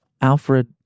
alfred